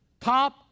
top